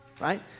Right